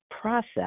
process